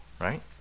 right